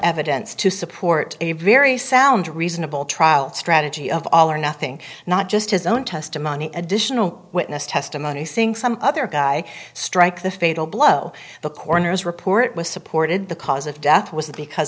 evidence to support a very sound reasonable trial strategy of all or nothing not just his own testimony additional witness testimony seeing some other guy strike the fatal blow the coroner's report was supported the cause of death was that because